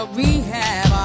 rehab